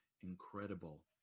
incredible